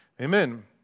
Amen